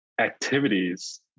activities